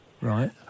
Right